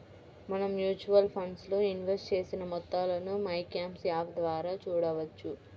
మనం mutual funds లో invest చేసిన మొత్తాలను మైక్యామ్స్ యాప్ ద్వారా చూడవచ్చు